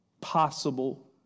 possible